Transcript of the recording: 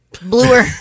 Bluer